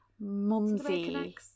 mumsy